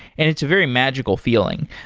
and it's a very magical feeling,